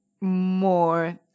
more